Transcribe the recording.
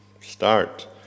start